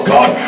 God